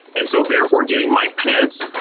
and so therefore, getting mike pence,